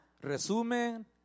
Resumen